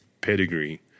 pedigree